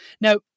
Now